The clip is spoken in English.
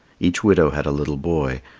each widow had a little boy.